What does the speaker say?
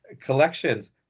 collections